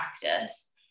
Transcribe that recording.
practice